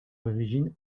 origine